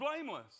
blameless